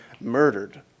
murdered